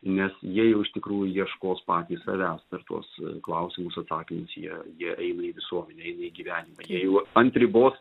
nes jie jau iš tikrųjų ieškos patys savęs ir tuos klausimus atsakymus jie jie eina į visuomenę eina į gyvenimą jie jau ant ribos